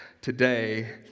today